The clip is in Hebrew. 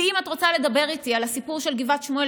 ואם את רוצה לדבר איתי על הסיפור של גבעת שמואל,